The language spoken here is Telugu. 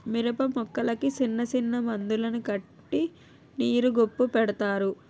మిరపమొక్కలకి సిన్నసిన్న మందులను కట్టి నీరు గొప్పు పెడతారు